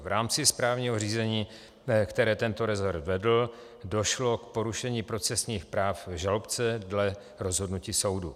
V rámci správního řízení, které tento rezort vedl, došlo k porušení procesních práv žalobce dle rozhodnutí soudu.